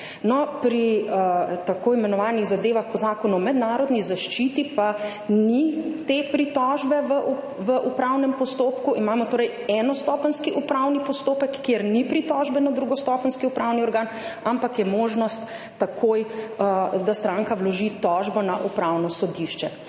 pri tako imenovanih zadevah po Zakonu o mednarodni zaščiti pa ni te pritožbe v upravnem postopku, imamo torej enostopenjski upravni postopek, kjer ni pritožbe na drugostopenjski upravni organ, ampak je takoj možnost, da stranka vloži tožbo na Upravno sodišče.